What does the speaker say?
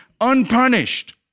unpunished